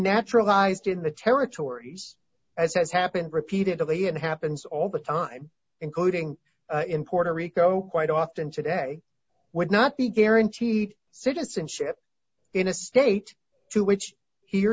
naturalized in the territories as has happened repeatedly and happens all the time including in puerto rico quite often today would not be guaranteed citizenship in a state to which he or